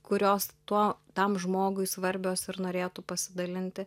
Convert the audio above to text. kurios tuo tam žmogui svarbios ir norėtų pasidalinti